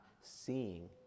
seeing